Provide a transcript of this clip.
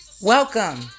welcome